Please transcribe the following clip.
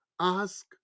Ask